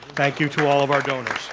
thank you to all of our donors.